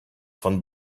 von